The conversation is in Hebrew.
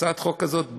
הצעת החוק הזאת באה,